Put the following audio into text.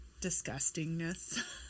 Disgustingness